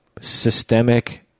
systemic